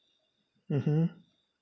mmhmm